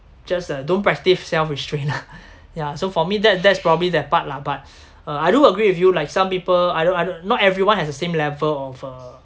just uh don't practise self restraint lah yeah so for me that that's probably that part lah but uh I do agree with you like some people I don't I don't not everyone has the same level of uh